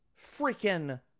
freaking